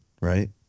right